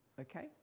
Okay